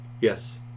Yes